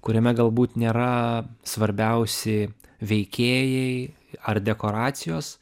kuriame galbūt nėra svarbiausi veikėjai ar dekoracijos